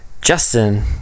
Justin